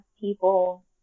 people